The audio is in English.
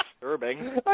disturbing